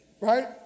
right